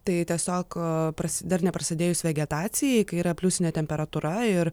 tai tiesiog prasi dar neprasidėjus vegetacijai kai yra pliusinė temperatūra ir